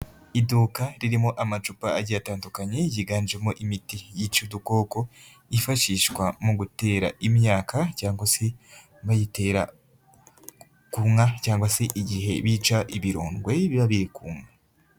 Iduka ririmo amacupa agiye atandukanye yiganjemo imiti yica udukoko yifashishwa mu gutera imyaka cyangwa se bayitera k'inka cyangwa se igihe bica ibirondwe biba biri k'inka.